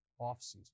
offseason